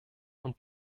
und